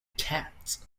cats